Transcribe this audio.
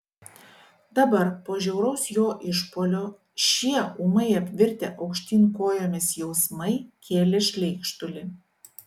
dabar po žiauraus jo išpuolio šie ūmai apvirtę aukštyn kojomis jausmai kėlė šleikštulį